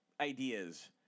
ideas